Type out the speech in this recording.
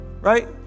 right